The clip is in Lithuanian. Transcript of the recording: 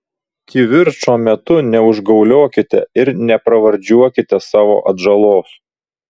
kivirčo metu neužgauliokite ir nepravardžiuokite savo atžalos